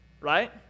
right